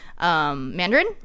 Mandarin